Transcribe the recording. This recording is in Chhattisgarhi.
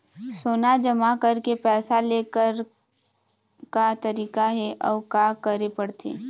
सोना जमा करके पैसा लेकर का तरीका हे अउ का करे पड़थे?